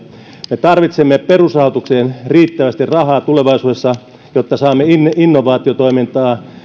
me tarvitsemme perusrahoitukseen riittävästi rahaa tulevaisuudessa jotta saamme innovaatiotoimintaa